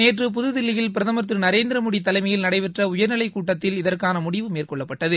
நேற்று புதுதில்லியில் பிரதம் திரு நரேந்திரமோடி தலைமையில் நடைபெற்ற உயர்நிலைக் கூட்டத்தில் இதற்கான முடிவு மேற்கொள்ளப்பட்டது